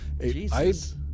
Jesus